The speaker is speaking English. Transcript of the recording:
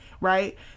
Right